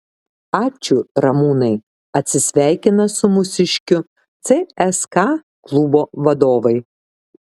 ačiū ramūnai atsisveikina su mūsiškiu cska klubo vadovai